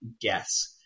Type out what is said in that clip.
guess